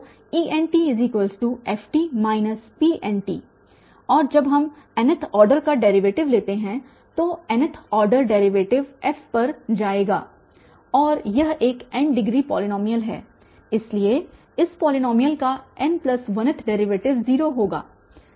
तो Entft Pnt और जब हम nth ऑर्डर का डेरीवेटिव लेते हैं तो nth ऑर्डर डेरीवेटिव f पर जाएगा और यह एक n डिग्री पॉलीनॉमियल है इसलिए इस पॉलीनॉमियल का n1 th डेरीवेटिव 0 होगा